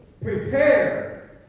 Prepare